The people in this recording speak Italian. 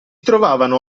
trovavano